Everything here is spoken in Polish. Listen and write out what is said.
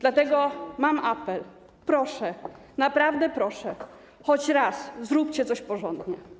Dlatego mam apel, proszę, naprawdę proszę: choć raz zróbcie coś porządnie.